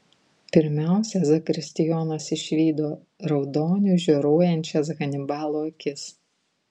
pirmiausia zakristijonas išvydo raudoniu žioruojančias hanibalo akis